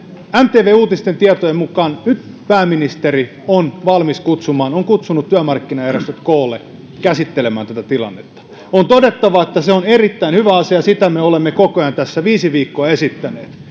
mtvn uutisten tietojen mukaan nyt pääministeri on valmis kutsumaan on kutsunut työmarkkinajärjestöt koolle käsittelemään tätä tilannetta on todettava että se on erittäin hyvä asia sitä me olemme tässä koko ajan viisi viikkoa esittäneet